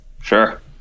Sure